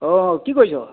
অঁ কি কৰিছ